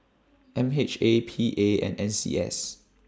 M H A P A and N C S